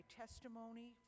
testimony